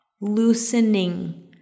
Loosening